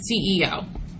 CEO